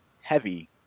heavy